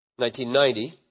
1990